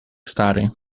stary